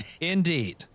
Indeed